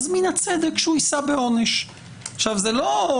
מן הצדק שהוא יישא בעונש.